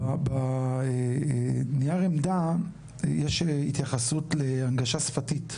בנייר העמדה יש התייחסות להנגשה שפתית,